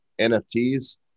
NFTs